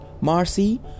Marcy